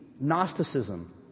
Gnosticism